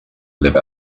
live